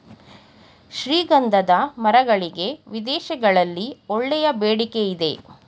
ಶ್ರೀಗಂಧದ ಮರಗಳಿಗೆ ವಿದೇಶಗಳಲ್ಲಿ ಒಳ್ಳೆಯ ಬೇಡಿಕೆ ಇದೆ